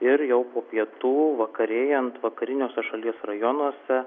ir jau po pietų vakarėjant vakariniuose šalies rajonuose